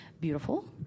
beautiful